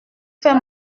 fais